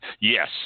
Yes